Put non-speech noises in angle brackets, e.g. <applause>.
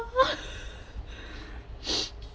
<breath>